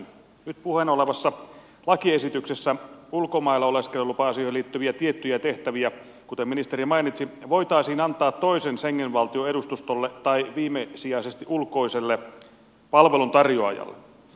nyt puheena olevassa lakiesityksessä ulkomailla oleskelulupa asioihin liittyviä tiettyjä tehtäviä kuten ministeri mainitsi voitaisiin antaa toisen schengen valtion edustustolle tai viimesijaisesti ulkoiselle palveluntarjoajalle